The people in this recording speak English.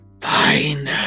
Fine